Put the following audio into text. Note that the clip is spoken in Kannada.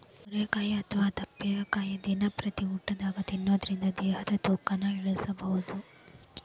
ಸೋರೆಕಾಯಿ ಅಥವಾ ತಿಪ್ಪಿರಿಕಾಯಿ ದಿನಂಪ್ರತಿ ಊಟದಾಗ ತಿನ್ನೋದರಿಂದ ದೇಹದ ತೂಕನು ಇಳಿಸಬಹುದು